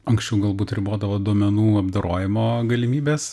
anksčiau galbūt ribodavo duomenų apdorojimo galimybės